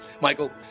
Michael